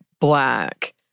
black